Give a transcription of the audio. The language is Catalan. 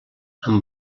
amb